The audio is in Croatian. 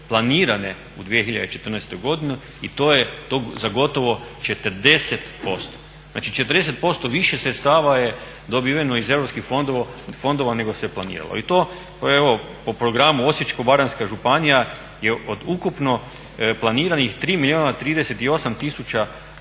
planirane u 2014. i to je za gotovo 40%. Znači 40% više sredstava je dobiveno iz europskih fondova nego se planirano. I to evo po programu Osječko-baranjska županija je od ukupno planiranih 3 milijuna 38 tisuća